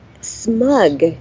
smug